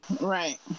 right